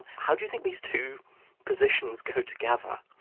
how do you think these two positions go together?